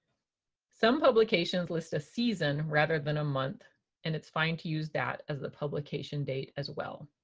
some publications list a season rather than a month and it's fine to use that as the publication date as well.